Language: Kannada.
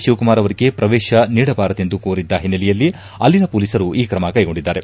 ಶಿವಕುಮಾರ್ ಅವರಿಗೆ ಪ್ರವೇಶ ನೀಡಬಾರದೆಂದು ಕೋರಿದ್ದ ಹಿನ್ನೆಲೆಯಲ್ಲಿ ಅಲ್ಲಿನ ಪೊಲೀಸರು ಈ ಕ್ರಮ ಕೈಗೊಂಡಿದ್ದಾರೆ